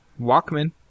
Walkman